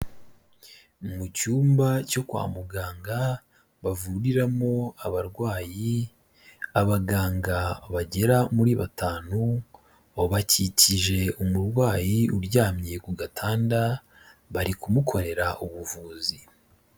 Mu cyumba cyo kwa muganga bavuriramo abarwayi, abaganga bagera muri batanu bakikije umurwayi uryamye ku gatanda, bari kumukorera ubuvuzi.